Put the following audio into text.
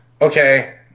Okay